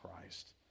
Christ